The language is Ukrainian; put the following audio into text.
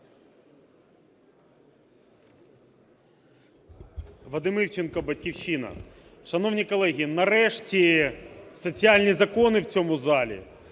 Вадим Івченко, "Батьківщина". Шановні колеги, нарешті соціальні закони в цьому залі,